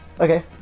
Okay